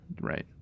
Right